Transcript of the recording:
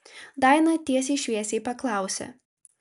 daina tiesiai šviesiai paklausė